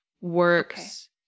works